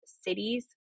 cities